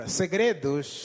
segredos